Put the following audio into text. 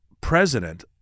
president